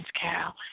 Carol